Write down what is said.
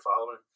following